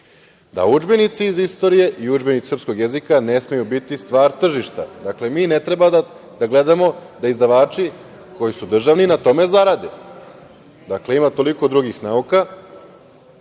da udžbenici iz istorije i udžbenik srpskog jezika ne smeju biti stvar tržišta. Dakle, mi ne treba da gledamo da izdavači koji su državni na tome zarade. Dakle, ima toliko drugih nauka